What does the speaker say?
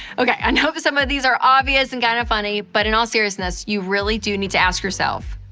okay, i know some of these are obvious and kind of funny, but in all seriousness, you really do need to ask yourself,